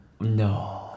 No